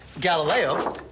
Galileo